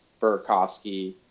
Burkowski